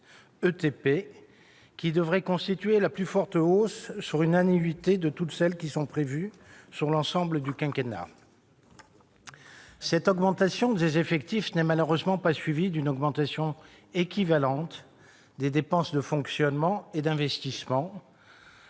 qui devrait constituer la plus forte hausse sur une annuité de toutes celles qui sont prévues sur l'ensemble du quinquennat. Cette augmentation des effectifs n'est malheureusement pas suivie d'une augmentation équivalente des dépenses de fonctionnement et d'investissement,